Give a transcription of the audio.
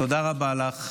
תודה רבה לך.